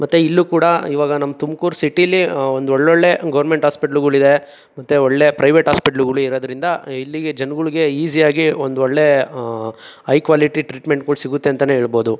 ಮತ್ತು ಇಲ್ಲೂ ಕೂಡ ಇವಾಗ ನಮ್ಮ ತುಮ್ಕೂರು ಸಿಟಿಲಿ ಒಂದೊಳ್ಳೊಳ್ಳೆ ಗೌರ್ಮೆಂಟ್ ಆಸ್ಪೆಟ್ಲ್ಗಳಿದೆ ಮತ್ತು ಒಳ್ಳೆ ಪ್ರೈವೇಟ್ ಆಸ್ಪೆಟ್ಲ್ಗಳಿರೋದ್ರಿಂದ ಇಲ್ಲಿಗೆ ಜನಗಳ್ಗೆ ಈಸಿಯಾಗಿ ಒಂದೊಳ್ಳೆ ಹೈ ಕ್ವಾಲಿಟಿ ಟ್ರೀಟ್ಮೆಂಟ್ಗಳ್ ಸಿಗುತ್ತೆ ಅಂತ ಹೇಳ್ಬೌದು